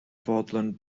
fodlon